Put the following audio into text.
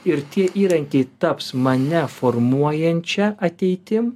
ir tie įrankiai taps mane formuojančia ateitim